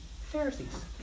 Pharisees